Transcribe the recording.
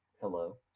Hello